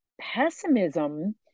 pessimism